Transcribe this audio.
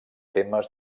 temes